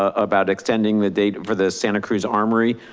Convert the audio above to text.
ah about extending the date for the santa cruz armory.